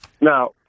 Now